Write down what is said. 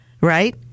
right